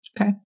Okay